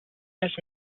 just